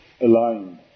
aligned